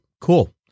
Cool